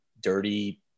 dirty